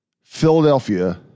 Philadelphia